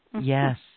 Yes